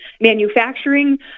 manufacturing